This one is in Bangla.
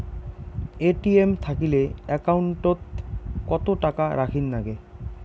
এ.টি.এম থাকিলে একাউন্ট ওত কত টাকা রাখীর নাগে?